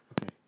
Okay